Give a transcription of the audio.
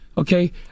Okay